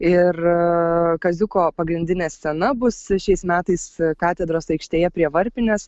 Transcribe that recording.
ir kaziuko pagrindinė scena bus šiais metais katedros aikštėje prie varpinės